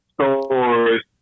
stores